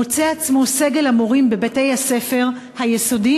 מוצא עצמו סגל המורים בבתי-הספר היסודיים